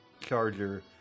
charger